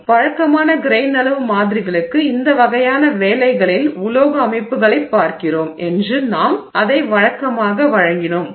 எனவே வழக்கமான கிரெய்ன் அளவு மாதிரிகளுக்கு இந்த வகையான வேலைகளில் உலோக அமைப்புகளைப் பார்க்கிறோம் என்று நாம் அதை வழக்கமாக வழங்கினோம்